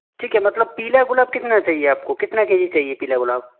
ठीक है मतलब पीला गुलाब कितना चाहिए आप को कितना के जी चाहिए पीला गुलाब